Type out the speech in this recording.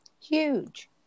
Huge